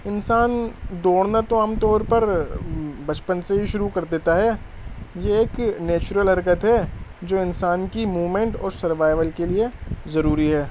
انسان دوڑنا تو عام طور پر بچپن سے ہی شروع کر دیتا ہے یہ ایک نیچرل حرکت ہے جو انسان کی موومنٹ اور سروائول کے لیے ضروری ہے